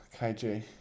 KG